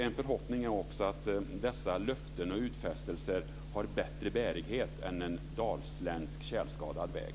En förhoppning är också att dessa löften och utfästelser har bättre bärighet än en dalsländsk tjälskadad väg.